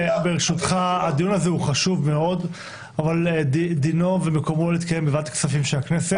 הדיון הזה חשוב מאוד אבל מקומו בוועדת הכספים של הכנסת.